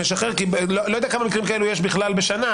כי לא יודע כמה מקרים כאלה יש בכלל בשנה.